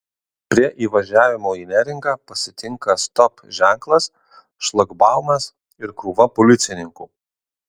prie įvažiavimo į neringą pasitinka stop ženklas šlagbaumas ir krūva policininkų